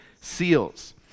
seals